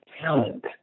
talent